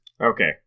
Okay